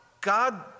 God